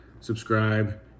subscribe